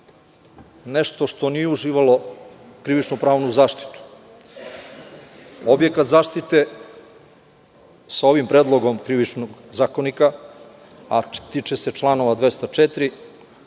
nešto što nije uživalo krivično-pravnu zaštitu. Objekat zaštite sa ovim Predlogom krivičnog zakonika, a tiče se članova 204.